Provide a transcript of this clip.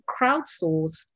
crowdsourced